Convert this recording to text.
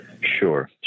Sure